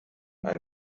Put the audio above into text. ein